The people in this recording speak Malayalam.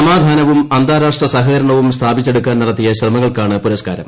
സമാധാനവും അന്താരാഷ്ട്ര സഹകരണവും സ്ഥാപിച്ചെടുക്കാൻ നട്ടിത്തിയ ശ്രമങ്ങൾക്കാണ് പുരസ്കാരം